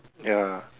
ya